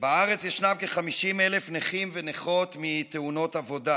ישנם כ-50,000 נכים ונכות מתאונות עבודה.